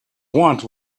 want